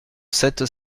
sept